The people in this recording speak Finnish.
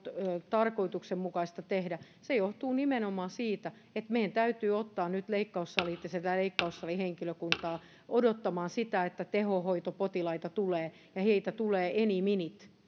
tarkoituksenmukaista tehdä se johtuu nimenomaan siitä että meidän täytyy ottaa nyt leikkaussalit ja sitä leikkaussalihenkilökuntaa odottamaan sitä että tehohoitopotilaita tulee ja heitä tulee any minute